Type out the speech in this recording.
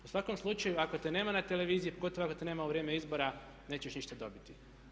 U svakom slučaju ako te nema na televiziji, pogotovo ako te nema u vrijeme izbora nećeš ništa dobiti.